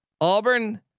Auburn